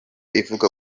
ivuga